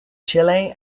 chile